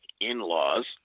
in-laws